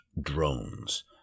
drones